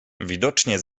widocznie